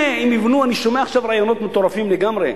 אני שומע עכשיו רעיונות מטורפים לגמרי,